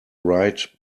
right